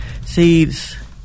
Seeds